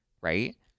Right